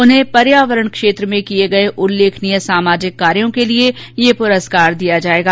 उन्हें पर्यावरण क्षेत्र में किये गये उल्लेखनीय सामाजिक कार्यों के लिये ये पुरस्कार दिया जायेगा